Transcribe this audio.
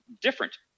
different